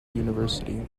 university